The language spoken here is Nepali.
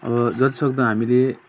अब जतिसक्दो हामीले